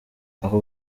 ako